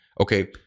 okay